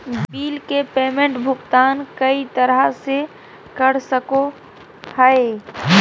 bill के payment भुगतान कई तरह से कर सको हइ